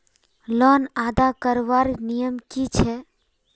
Loan अदा करवार नियम की छे?